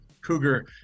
Cougar